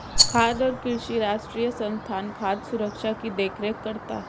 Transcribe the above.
खाद्य और कृषि राष्ट्रीय संस्थान खाद्य सुरक्षा की देख रेख करता है